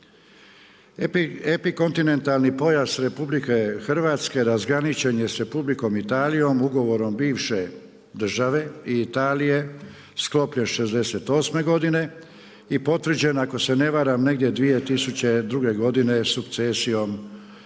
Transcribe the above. Epikontinentalni pojas RH razgraničen je s Republikom Italijom ugovorom bivše države i Italije sklopljen '68. godine i potvrđen ako se ne varam negdje 2002. sukcesijom država